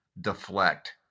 deflect